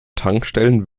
tankstellen